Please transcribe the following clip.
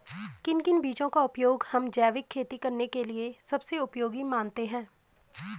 किन किन बीजों का उपयोग हम जैविक खेती करने के लिए सबसे उपयोगी मानते हैं?